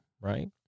right